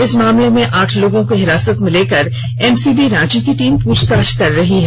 इस मामले मे आठ लोगों को हिरासत मे लेकर एनसीबी रांची की टीम पूछताछ कर रही है